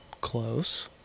Close